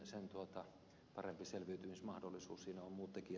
siinä ovat muut tekijät tietysti taustalla